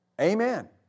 Amen